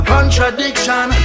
Contradiction